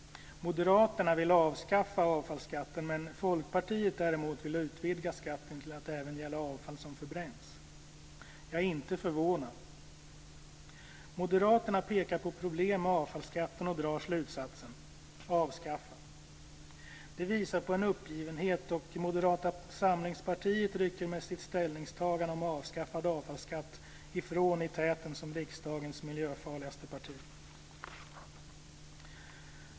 Moderaterna vill avskaffa avfallsskatten. Folkpartiet däremot vill utvidga skatten till att även gälla avfall som förbränns. Jag är inte förvånad. Moderaterna pekar på problem med avfallsskatten och drar slutsatsen: Avskaffa! Det visar på en uppgivenhet, och Moderata samlingspartiet rycker med sitt ställningstagande om avskaffad avfallsskatt ifrån i täten som riksdagens miljöfarligaste parti.